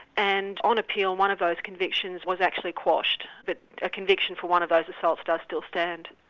and on appeal one of those convictions was actually quashed. but a conviction for one of those assaults does still stand.